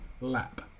lap